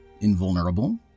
invulnerable